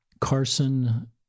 Carson